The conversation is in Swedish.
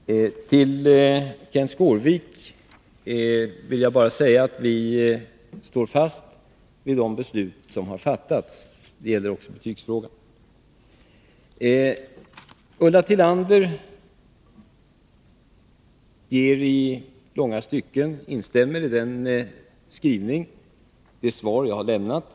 Herr talman! Till Kenth Skårvik vill jag bara säga att vi står fast vid de beslut som har fattats. Det gäller också betygsfrågan. Ulla Tillander instämmer i långa stycken i det svar som jag har lämnat.